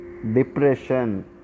depression